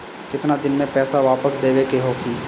केतना दिन में पैसा वापस देवे के होखी?